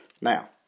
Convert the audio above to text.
Now